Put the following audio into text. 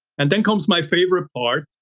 and then comes my favorite part,